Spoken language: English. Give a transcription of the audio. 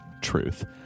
truth